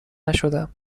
نشدم